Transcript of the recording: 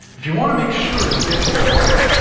if you want to make sure you get this right,